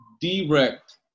direct